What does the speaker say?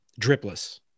Dripless